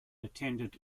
attended